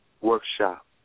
workshop